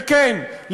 וכן,